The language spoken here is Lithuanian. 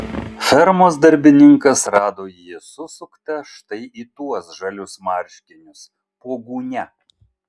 fermos darbininkas rado jį susuktą štai į tuos žalius marškinius po gūnia